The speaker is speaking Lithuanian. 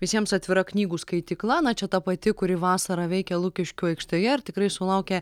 visiems atvira knygų skaitykla na čia ta pati kuri vasarą veikė lukiškių aikštėje ir tikrai sulaukė